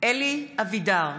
אלי אבידר,